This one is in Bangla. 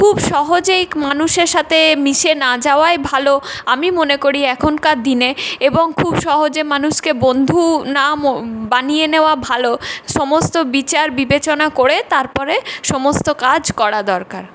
খুব সহজেই মানুষের সাথে মিশে না যাওয়াই ভালো আমি মনে করি এখনকার দিনে এবং খুব সহজে মানুষকে বন্ধু না বানিয়ে নেওয়া ভালো সমস্ত বিচার বিবেচনা করে তারপরে সমস্ত কাজ করা দরকার